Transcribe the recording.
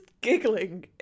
giggling